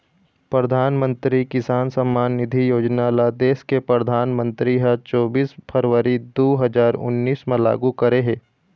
परधानमंतरी किसान सम्मान निधि योजना ल देस के परधानमंतरी ह चोबीस फरवरी दू हजार उन्नीस म लागू करे हे